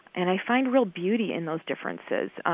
and i find real beauty in those differences.